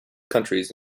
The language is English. countries